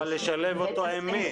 -- אבל לשלב אותו עם מי?